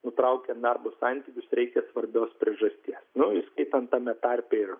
nutraukiant darbo santykius reikia svarbios priežasties nu įskaitant tame tarpe ir